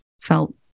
felt